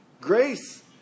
grace